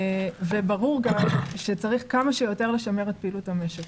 וברור גם שצריך כמה שיותר לשמר את פעילות המשק.